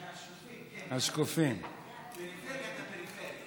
מהשקופים, כן, מפריפריית הפריפריה.